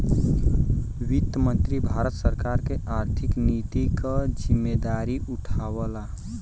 वित्त मंत्री भारत सरकार क आर्थिक नीति क जिम्मेदारी उठावला